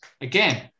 again